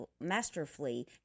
masterfully